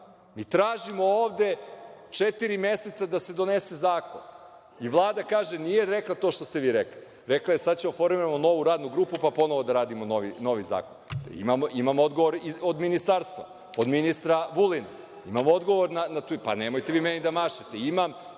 zakon. Tražimo ovde četiri meseca da se donese zakon i Vlada kaže nije rekla to što ste vi rekli. Rekla je – sada ćemo da formiramo novu radnu grupu, pa ponovo da radimo novi zakon. Imam odgovor od ministarstva, od ministra Vulina. Imam odgovor i to je istina, a